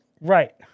Right